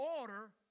order